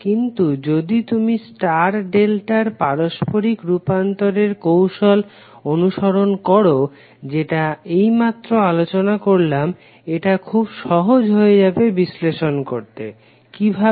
কিন্তু যদি তুমি স্টার ডেল্টার পারস্পরিক রুপান্তরের কৌশল অনুসরন করো যেটা এইমাত্র আলোচনা করলাম এটা খুব সহজ হয়ে যাবে বিশ্লেষণ করতে কিভাবে